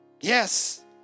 Yes